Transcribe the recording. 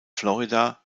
florida